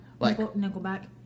Nickelback